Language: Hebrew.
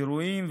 אירועים,